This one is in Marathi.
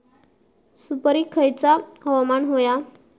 सुपरिक खयचा हवामान होया?